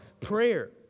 prayer